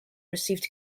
received